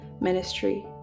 ministry